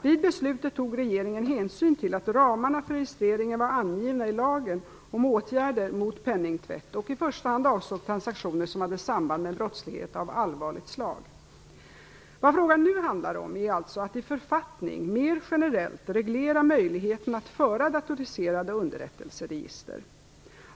Vid beslutet tog regeringen hänsyn till att ramarna för registreringen var angivna i lagen om åtgärder mot penningtvätt och i första hand avsåg transaktioner som hade samband med brottslighet av allvarligt slag. Vad frågan nu handlar om är alltså att i författning mer generellt reglera möjligheten att föra datoriserade underrättelseregister.